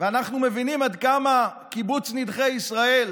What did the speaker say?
אנחנו מבינים עד כמה קיבוץ נידחי ישראל